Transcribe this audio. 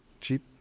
cheap